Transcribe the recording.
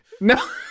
No